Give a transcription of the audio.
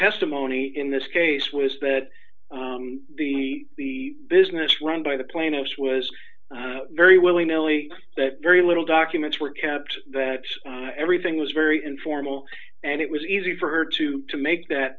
testimony in this case was that the the business run by the plaintiffs was very willing milly that very little documents were kept everything was very informal and it was easy for her to to make that